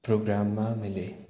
प्रोग्राममा मैले